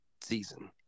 season